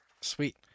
Sweet